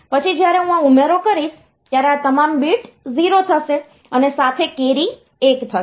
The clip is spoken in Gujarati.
પછી જ્યારે હું આ ઉમેરો કરીશ ત્યારે આ તમામ બિટ્સ 0 થશે અને સાથે કેરી 1 થશે